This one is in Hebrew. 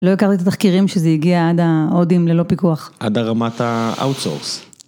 לא הכרתי את התחקירים שזה הגיע עד ההודים ללא פיקוח. עד הרמת האוטסורס.